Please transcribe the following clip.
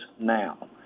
now